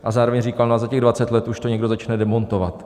A zároveň říkal: Za těch 20 let už to někdo začne demontovat.